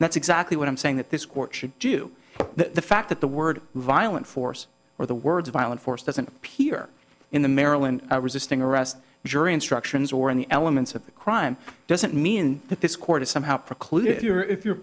and that's exactly what i'm saying that this court should do that the fact that the word violent force or the words violent force doesn't appear in the maryland resisting arrest jury instructions or in the elements of a crime doesn't mean that this court is somehow precluded if you're